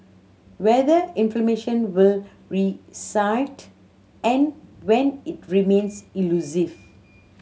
whether information will reset and when remains elusive